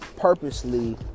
purposely